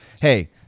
hey